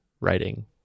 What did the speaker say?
writing